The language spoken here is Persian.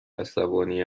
عصبانی